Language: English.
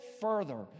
further